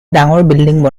ডাঙৰ